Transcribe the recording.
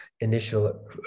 initial